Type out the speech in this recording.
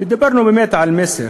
ודיברנו באמת על מסר.